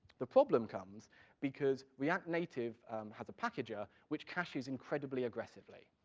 the problem comes because react native has a packager which caches incredibly aggressively.